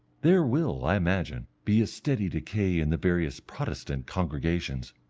there will, i imagine, be a steady decay in the various protestant congregations.